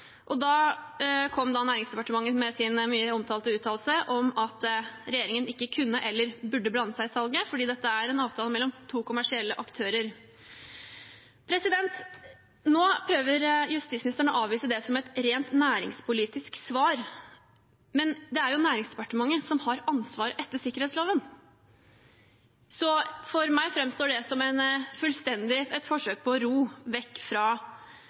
og da kom Næringsdepartementet med sin mye omtalte uttalelse om at regjeringen ikke kunne, eller burde, blande seg i salget fordi dette er «en avtale om salg mellom to kommersielle aktører». Nå prøver justisministeren å avvise det som et rent næringspolitisk svar, men det er jo Næringsdepartementet som har ansvaret etter sikkerhetsloven, så for meg framstår det som et forsøk på å ro vekk fra